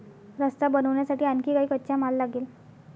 रस्ता बनवण्यासाठी आणखी काही कच्चा माल लागेल